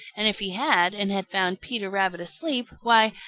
and if he had, and had found peter rabbit asleep, why,